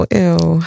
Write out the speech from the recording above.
ew